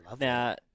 now